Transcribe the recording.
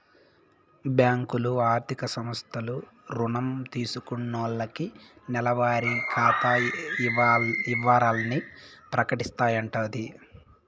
బ్యాంకులు, ఆర్థిక సంస్థలు రుణం తీసుకున్నాల్లకి నెలవారి ఖాతా ఇవరాల్ని ప్రకటిస్తాయంటోది